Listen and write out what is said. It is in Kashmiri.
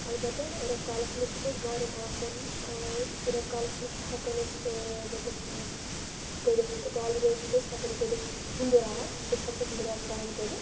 اَلبَتہ رٮ۪تہٕ کالَس منٛز چھُ تویتہِ گَرٕم آسان رٮ۪تہٕ کالَس منٛز چھُ ہٮ۪کان أسۍ مطلب کٔرِتھ ٹالریٹ چھِ أسۍ ہٮ۪کان کٔرِتھ ہُنٛدُر آب أسۍ ہٮ۪کو ہُنٛدٕرۍ آب سرٛان کٔرِتھ